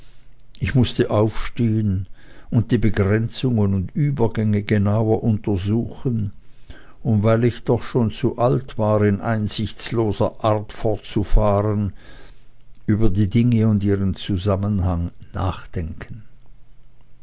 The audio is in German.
ich mußte aufstehen und die begrenzungen und übergänge genauer untersuchen und weil ich doch schon zu alt war in einsichtsloser art fortzufahren über die dinge und ihren zusammenhang nachdenken